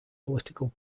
political